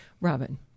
Robin